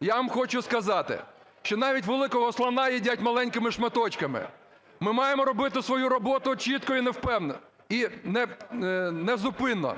я вам хочу сказати, що навіть великого слона їдять маленькими шматочками. Ми маємо робити свою роботу чітко і незупинно.